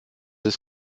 ist